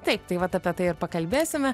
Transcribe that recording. taip tai vat apie tai ir pakalbėsime